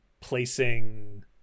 placing